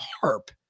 harp